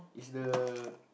is the